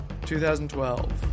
2012